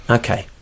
okay